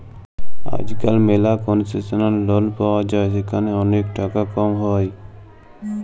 আজকাল ম্যালা কনসেশলাল লল পায়া যায় যেখালে ওলেক টাকা কম হ্যয়